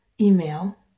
email